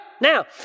Now